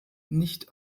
nicht